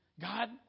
God